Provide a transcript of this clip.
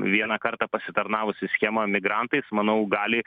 vieną kartą pasitarnavusi schema migrantais manau gali